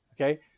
okay